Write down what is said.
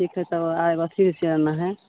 ठीक है तब आबि अथी सियाना है